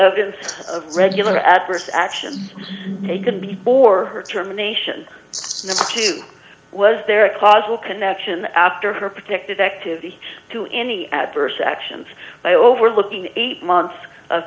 ovens of regular adverse action taken before her terminations number two was there a causal connection after her protected activity to any adverse actions by overlooking eight months of